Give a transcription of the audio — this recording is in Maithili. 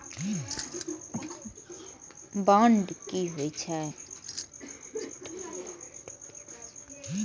बांड की होई छै?